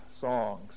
songs